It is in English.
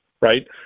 right